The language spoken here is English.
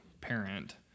parent